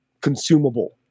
consumable